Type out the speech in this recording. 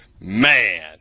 Man